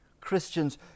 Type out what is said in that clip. Christians